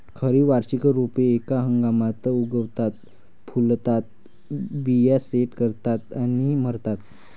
खरी वार्षिक रोपे एका हंगामात उगवतात, फुलतात, बिया सेट करतात आणि मरतात